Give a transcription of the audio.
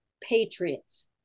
patriots